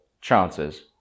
chances